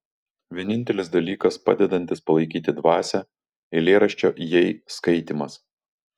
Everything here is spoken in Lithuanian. vienintelis dalykas padedantis palaikyti dvasią eilėraščio jei skaitymas